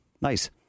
nice